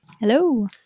Hello